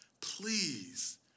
please